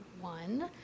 one